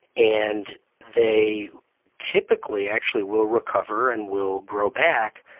and they typically actually will recover and will grow back,